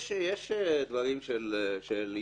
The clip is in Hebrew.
יש דברים של התנגדות.